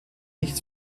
nicht